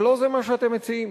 אבל זה לא מה שאתם מציעים.